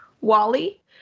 Wally